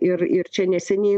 ir ir čia neseniai